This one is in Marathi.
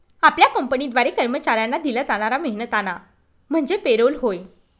आपल्या कंपनीद्वारे कर्मचाऱ्यांना दिला जाणारा मेहनताना म्हणजे पे रोल होय